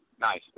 Nice